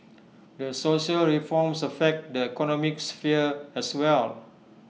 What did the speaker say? these social reforms affect the economic sphere as well